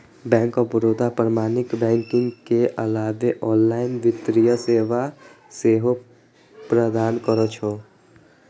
bank of Baroda पारंपरिक banking के अलावे ऑनलाइन वित्तीय सेवा सेहो प्रदान करै छै